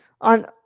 On